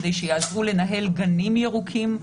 כדי שיעזרו לנהל גנים ירוקים,